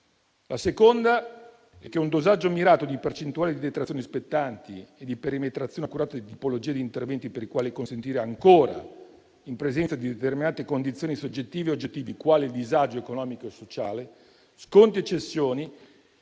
La seconda è che un dosaggio mirato di percentuali di detrazioni spettanti e di perimetrazione accurato di tipologie di interventi per i quali consentire ancora, in presenza di determinate condizioni soggettive e oggettive, quali il disagio economico e sociale, sconti e cessioni,